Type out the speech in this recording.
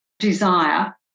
Desire